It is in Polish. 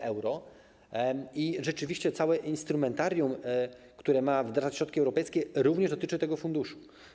I rzeczywiście całe instrumentarium, które ma wdrażać środki europejskie, również dotyczy tego funduszu.